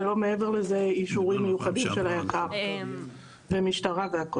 ללא אישורים מיוחדים של היק"ר ושל משטרה מעבר לכך.